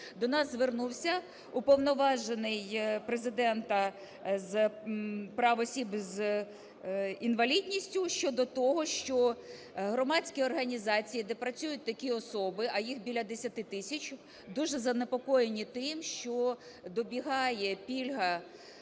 до нас звернувся Уповноважений Президента з прав осіб з інвалідністю щодо того, що громадські організації, де працюють такі особи, а їх біля 10 тисяч, дуже занепокоєні тим, що добігає пільга,